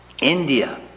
India